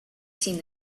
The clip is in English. seen